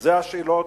אלה השאלות